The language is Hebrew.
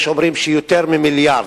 יש אומרים שיותר ממיליארד.